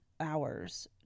hours